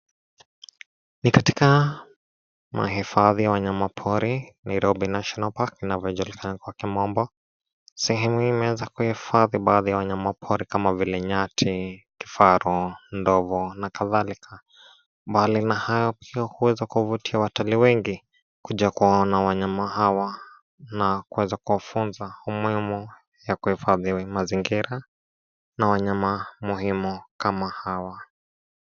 Hifadhi ya wanyama pori Nairobi National Park. Sehemu ya kuhifadhi wanyama pori kama nyati, kifaru, ndovu na kadhalika. Mbali na hayo, inaweza pia kuwavutia watalii wengi kuja kuwaona wanyama hao na kufunza umuhimu wa kuhifadhi mazingira na wanyama muhimu kama hawa.